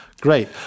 great